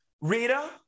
Rita